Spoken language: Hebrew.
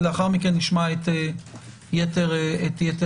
לאחר מכן נשמע את יתר הנציגים.